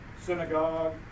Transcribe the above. synagogue